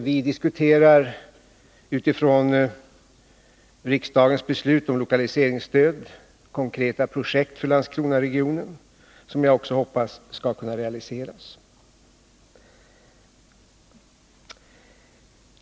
Vi diskuterar utifrån riksdagens beslut om lokaliseringsstöd konkreta åtgärder för Landskronaregionen, som jag hoppas också skall kunna realiseras.